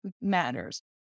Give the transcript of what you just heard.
matters